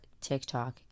TikTok